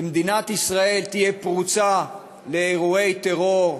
ומדינת ישראל תהיה פרוצה לאירועי טרור,